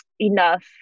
enough